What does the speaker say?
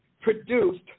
produced